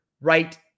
right